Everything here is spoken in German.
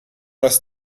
aus